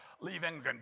leaving